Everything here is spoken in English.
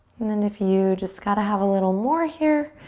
and then if you just got a have a little more here,